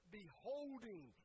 beholding